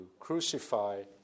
crucify